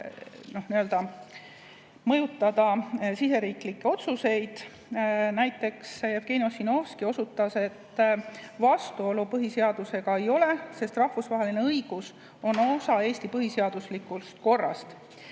mõjutada siseriiklikke otsuseid. Näiteks Jevgeni Ossinovski osutas, et vastuolu põhiseadusega ei ole, sest rahvusvaheline õigus on osa Eesti põhiseaduslikust korrast.